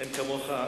אין כמוך,